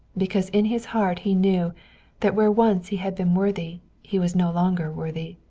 because in his heart he knew that where once he had been worthy he was no longer worthy.